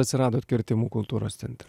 atsiradot kirtimų kultūros centre